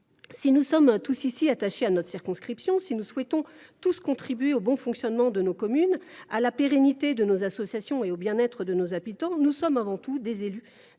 Si nous sommes tous ici attachés à notre circonscription, si nous souhaitons tous contribuer au bon fonctionnement de nos communes, à la pérennité de nos associations et au bien être de nos habitants, nous sommes avant tout des élus